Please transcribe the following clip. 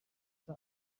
aca